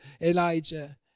Elijah